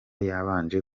yabanje